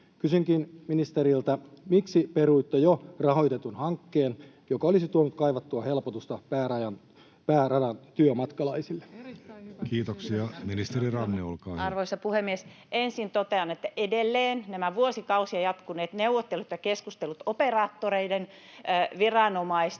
Kysynkin ministeriltä: miksi peruitte jo rahoitetun hankkeen, joka olisi tuonut kaivattua helpotusta pääradan työmatkalaisille? [Vasemmalta: Erittäin hyvä kysymys!] Kiitoksia. — Ministeri Ranne, olkaa hyvä. Arvoisa puhemies! Ensin totean, että edelleen nämä vuosikausia jatkuneet neuvottelut ja keskustelut operaattoreiden, viranomaisten